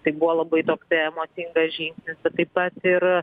tai buvo labai toksai emocingas žingsnis bet taip pat ir